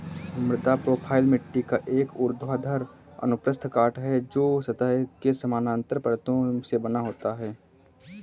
मृदा प्रोफ़ाइल मिट्टी का एक ऊर्ध्वाधर अनुप्रस्थ काट है, जो सतह के समानांतर परतों से बना होता है